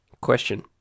Question